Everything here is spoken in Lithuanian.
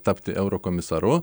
tapti eurokomisaru